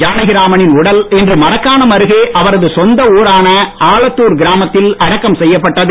ஜானகிராம னின் உடல் இன்று மரக்காணம் அருகே அவரது சொந்த ஊரான ஆலத்தூர் கிராமத்தில் அடக்கம் செய்யப்பட்டது